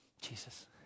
jesus